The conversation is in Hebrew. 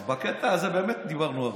אז בקטע הזה באמת דיברנו הרבה.